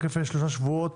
רק לפני שלושה שבועות